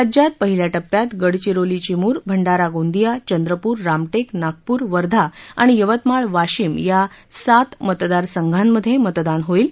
राज्यात पहिल्या टप्प्यात गडचिरोली चिमूर भंडारा गोंदिया चंद्रपूर रामटेक नागपूर वर्धा आणि यवतमाळ वाशिम या सात मतदारसंगांमधे मतदान होईल